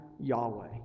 Yahweh